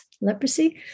leprosy